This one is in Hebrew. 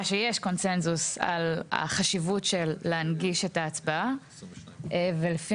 שיש קונצנזוס על החשיבות של להנגיש את ההצבעה ולפי